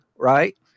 right